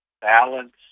balance